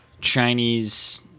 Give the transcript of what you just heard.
Chinese